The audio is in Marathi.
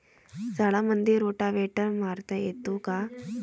झाडामंदी रोटावेटर मारता येतो काय?